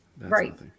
Right